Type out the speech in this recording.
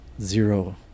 Zero